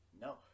No